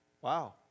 Wow